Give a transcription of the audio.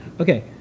Okay